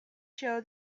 show